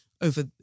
over